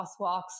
crosswalks